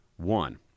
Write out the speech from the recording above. One